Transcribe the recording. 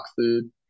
food